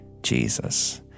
Jesus